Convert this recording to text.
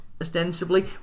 ostensibly